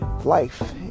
life